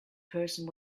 person